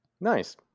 Nice